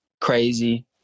crazy